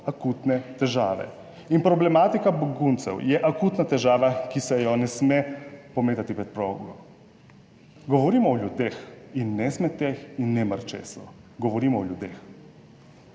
akutne težave in problematika beguncev je akutna težava, ki se je ne sme pometati pod predprogo(?). Govorimo o ljudeh in ne smeteh in ne mrčesu. Govorimo o ljudeh.